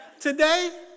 Today